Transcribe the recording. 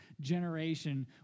generation